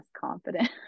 confident